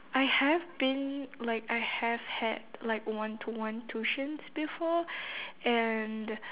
I have been like I have had like one to one tuitions before and